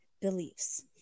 Beliefs